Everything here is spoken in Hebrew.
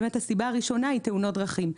באמת הסיבה הראשונה היא תאונות דרכים.